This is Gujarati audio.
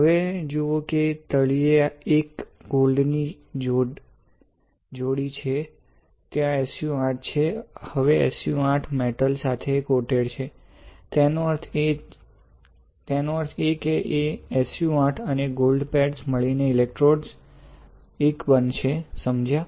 હવે જુઓ કે તળિયે એક ગોલ્ડની જોડી છે ત્યાં SU 8 છે અને હવે SU 8 મેટલ સાથે કોટેડ છે તેનો અર્થ એ કે એ SU 8 અને ગોલ્ડ પેડ મળીને ઇલેક્ટ્રોડ 1 બનશે સમજ્યા